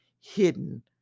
hidden